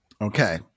Okay